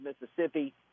Mississippi